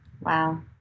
Wow